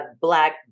black